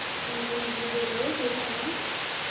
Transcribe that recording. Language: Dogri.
अंजी अंजी बोल्लो केह् कम्म ऐ